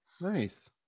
Nice